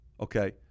Okay